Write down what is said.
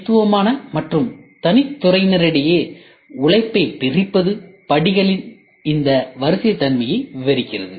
தனித்துவமான மற்றும் தனித் துறையினரிடையே உழைப்பைப் பிரிப்பது படிகளின் இந்த வரிசை தன்மையை விவரிக்கிறது